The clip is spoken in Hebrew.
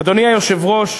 אדוני היושב-ראש,